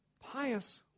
pious